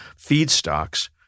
feedstocks